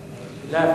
לא,